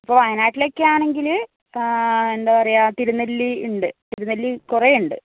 ഇപ്പോൾ വയനാട്ടിലൊക്കെയാണെങ്കിൽ ആ എന്താ പറയുക തിരുനെല്ലി ഉണ്ട് തിരുനെല്ലി കുറേയുണ്ട്